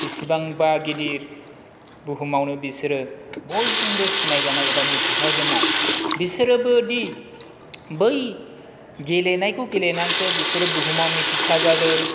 बेसेबांबा गिदिर बुहुमावनो बिसोरो बयजोंबो सिनाय जानाय एबा मिथिसार जानाय बिसोरबोदि बै गेलेनायखौ गेलेनासो बिसोर बुहुमाव मिथिसार जादों